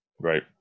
Right